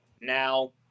now